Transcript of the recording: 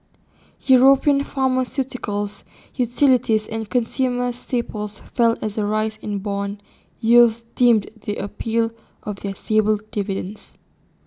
european pharmaceuticals utilities and consumer staples fell as the rise in Bond yields dimmed the appeal of their stable dividends